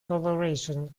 coloration